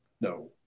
no